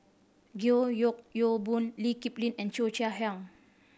George Yeo Yong Boon Lee Kip Lin and Cheo Chai Hiang